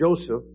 Joseph